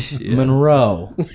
Monroe